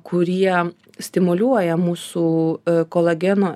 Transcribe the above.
kurie stimuliuoja mūsų kolageno